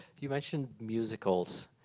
you mentioned musicals.